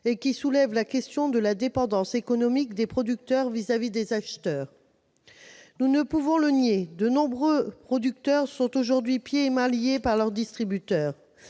qui soulève la question de la dépendance économique des producteurs vis-à-vis des acheteurs. Nous ne pouvons le nier : de nombreux producteurs sont aujourd'hui pieds et poings liés face à leur distributeur.